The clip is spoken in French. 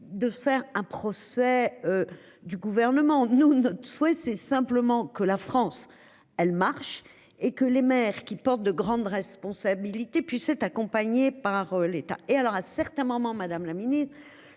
de faire un procès. Du gouvernement. Nous, notre souhait c'est simplement que la France, elle marche et que les maires qui portent de grandes responsabilités, puissent être accompagnées par l'État et alors à certains moments Madame la Ministre